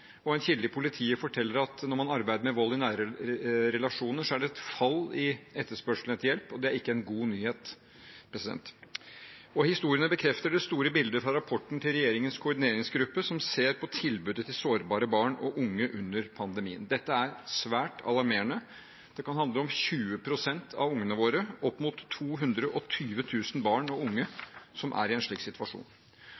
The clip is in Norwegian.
og en kilde i politiet forteller at når det gjelder arbeid med vold i nære relasjoner, er det et fall i etterspørselen etter hjelp – det er ikke en god nyhet. Historiene bekrefter det store bildet fra rapporten til regjeringens koordineringsgruppe, som ser på tilbudet til sårbare barn og unge under pandemien. Dette er svært alarmerende. Det kan handle om 20 pst. av ungene våre – opp mot 220 000 barn og unge